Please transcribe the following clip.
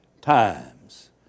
times